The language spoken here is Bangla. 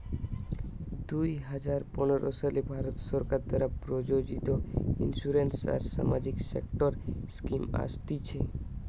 দুই হাজার পনের সালে ভারত সরকার দ্বারা প্রযোজিত ইন্সুরেন্স আর সামাজিক সেক্টর স্কিম আসতিছে